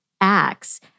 acts